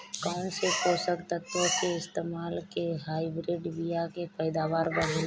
कौन से पोषक तत्व के इस्तेमाल से हाइब्रिड बीया के पैदावार बढ़ेला?